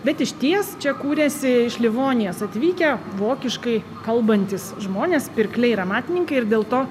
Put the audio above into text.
bet išties čia kūrėsi iš livonijos atvykę vokiškai kalbantys žmonės pirkliai amatininkai ir dėl to